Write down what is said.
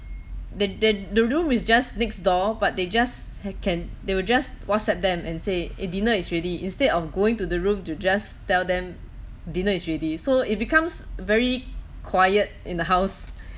they they the room is just next door but they just had can they will just whatsapp them and say eh dinner is ready instead of going to the room to just tell them dinner is ready so it becomes very quiet in the house